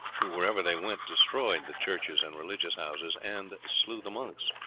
who, wherever they went, destroyed the churches and religious houses, and slew the monks.